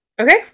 Okay